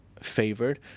favored